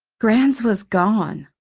grans was gone.